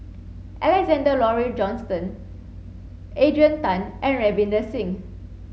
Alexander Laurie Johnston Adrian Tan and Ravinder Singh